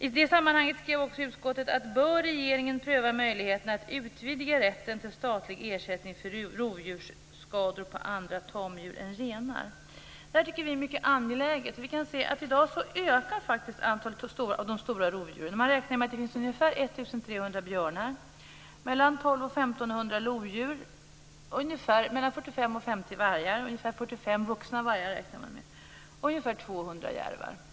I det sammanhanget skrev också utskottet: "Vidare bör regeringen pröva möjligheten att utvidga rätten till statlig ersättning för rovsdjurskador på andra tamdjur än renar." Vi tycker att detta är mycket angeläget. I dag ökar faktiskt antalet stora rovdjur. Man räknar med att det finns ungefär 1 300 björnar, 1 200-1 500 lodjur, 45 50 vargar och ungefär 200 järvar.